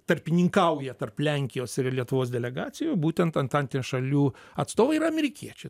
tarpininkauja tarp lenkijos ir lietuvos delegacijų būtent antantės šalių atstovai yra amerikiečiai